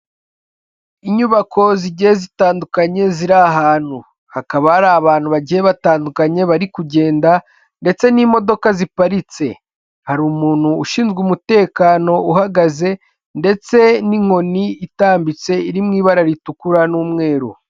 Inyubako zigiye zitandukanye ziri ahantu hakaba hari abantu bagiye batandukanye bari kugenda ndetse n'imodoka ziparitse, hari umuntu ushinzwe umutekano uhagaze ndetse n'inkoni itambitse iri mu ibara ritukura n'umweru.